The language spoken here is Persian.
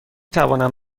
توانم